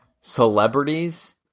celebrities